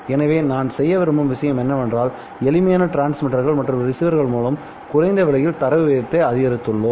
எனவே நான் செய்ய விரும்பும் விஷயம் என்னவென்றால் எளிமையான டிரான்ஸ்மிட்டர்கள மற்றும் ரிசீவர் மூலம் குறைந்த விலையில் தரவு வீதத்தை அதிகரித்துள்ளோம்